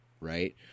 right